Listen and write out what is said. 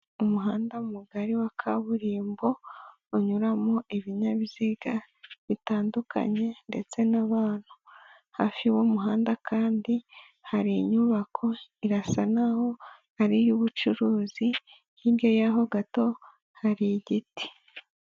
Umuhanda mugari wa kaburimbo unyuramo ibinyabiziga bitandukanye, ndetse n'abantu hafi y'uwo muhanda kandi hari inyubako, irasa naho ari iy'ubucuruzi, hirya yaho gato hari igiti.